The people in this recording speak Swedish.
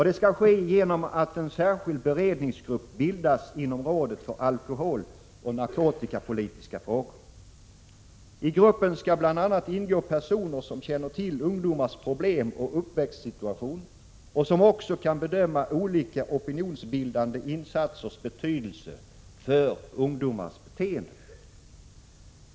Det skall ske genom att en särskild beredningsgrupp bildas inom rådet för alkoholoch narkotikapolitiska frågor. I gruppen skall ingå bl.a. personer som känner till ungdomars problem och uppväxtsituation och som också kan bedöma olika opinionsbildande insatsers betydelse för ungdomars beteende.